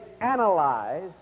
analyze